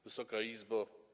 Wysoka Izbo!